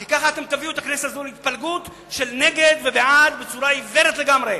כי ככה תביאו את הכנסת הזאת להתפלגות של נגד ובעד בצורה עיוורת לגמרי.